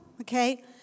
okay